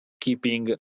keeping